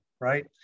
Right